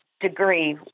degree